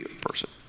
person